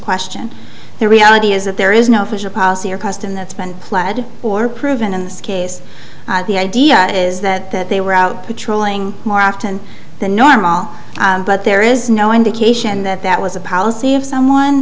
question the reality is that there is no official policy or custom that's been pledged or proven in this case the idea is that they were out patrolling more often than normal but there is no indication that that was a policy of someone